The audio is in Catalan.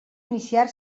iniciar